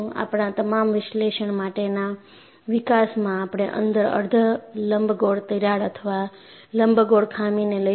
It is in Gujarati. આપણા તમામ વિશ્લેષણ માટેના વિકાસમાં આપણે અંદર અર્ધ લંબગોળ તિરાડ અથવા લંબગોળ ખામી ને લઈશું